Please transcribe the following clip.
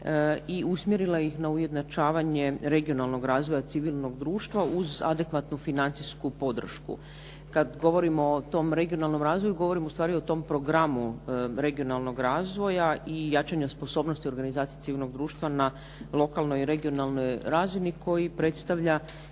i usmjerila ih na ujednačavanje regionalnog razvoja civilnog društva uz adekvatnu financijsku podršku. Kad govorimo o tom regionalnom razvoju govorim u stvari o tom programu regionalnog razvoja i jačanja sposobnosti organizacije civilnog društva na lokalnoj i regionalnoj razini koji predstavlja